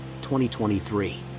2023